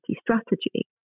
strategy